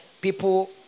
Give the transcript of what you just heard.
people